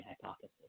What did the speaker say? hypothesis